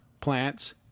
plants